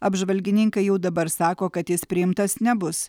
apžvalgininkai jau dabar sako kad jis priimtas nebus